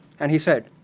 and he said,